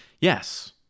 Yes